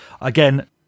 again